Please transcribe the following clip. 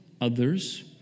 others